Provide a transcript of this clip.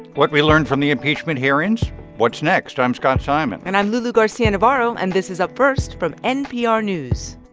what we learned from the impeachment hearings what's next? i'm scott simon and i'm lulu garcia-navarro, and this is up first from npr news